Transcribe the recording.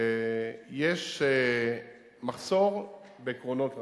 יש מחסור בקרונות רכבת.